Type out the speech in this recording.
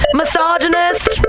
misogynist